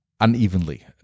unevenly